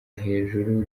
hejuru